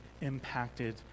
impacted